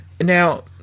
Now